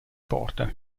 porta